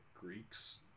Greeks